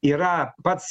yra pats